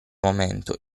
momento